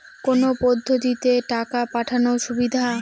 কোন পদ্ধতিতে টাকা পাঠানো সুবিধা?